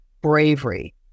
Bravery